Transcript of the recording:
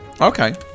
Okay